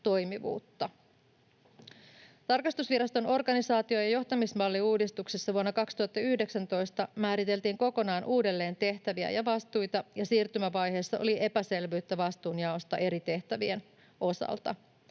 Tarkastusviraston organisaatio‑ ja johtamismalliuudistuksessa vuonna 2019 määriteltiin kokonaan uudelleen tehtäviä ja vastuita, ja siirtymävaiheessa oli epäselvyyttä vastuunjaosta eri tehtävien osalta.